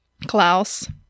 Klaus